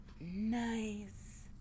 Nice